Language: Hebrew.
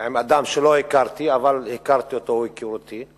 עם אדם שלא הכרתי אבל הכרתי אותו, הוא הכיר אותי,